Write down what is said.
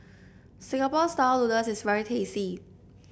Singapore style noodles is very tasty